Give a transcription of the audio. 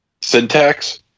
syntax